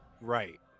Right